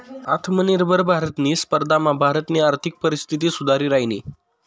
आत्मनिर्भर भारतनी स्पर्धामा भारतनी आर्थिक परिस्थिती सुधरि रायनी